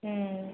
ம்